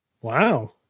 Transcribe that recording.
Wow